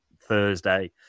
Thursday